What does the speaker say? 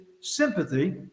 sympathy